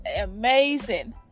amazing